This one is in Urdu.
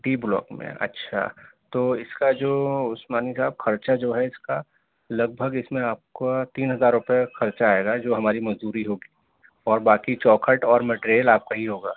ڈی بلاک میں اچھا تو اس کا جو اسمانی صاحب خرچہ جو ہے اس کا لگ بھگ اس میں آپ کو تین ہزار روپے خرچہ آئے گا جو ہماری مزدوری ہوگی اور باقی چوکھٹ اور مٹیریل آپ کا ہی ہوگا